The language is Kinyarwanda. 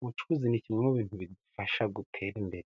Ubucuzi ni kimwe mu bintu bidufasha gutera imbere,